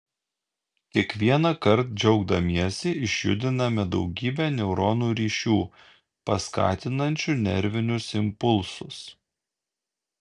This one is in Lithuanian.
kiekvienąkart džiaugdamiesi išjudiname daugybę neuronų ryšių paskatinančių nervinius impulsus